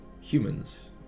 humans